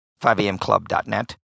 5amclub.net